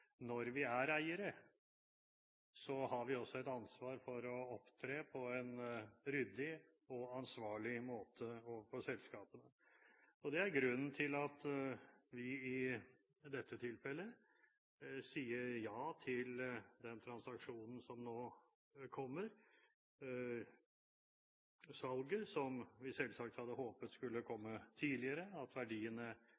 når vi er eiere, har vi også et ansvar for å opptre på en ryddig og ansvarlig måte overfor selskapene. Det er grunnen til at vi i dette tilfellet sier ja til den transaksjonen som nå kommer. Salget hadde vi selvsagt håpet skulle